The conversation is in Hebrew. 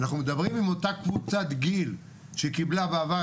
אנחנו מדברים אם אותה קבוצת גיל שקיבלה בעבר,